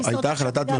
הם ייפלו בין